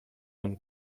own